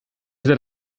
seid